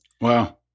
Wow